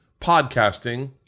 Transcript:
podcasting